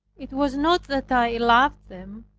it was not that i loved them,